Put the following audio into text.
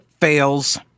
fails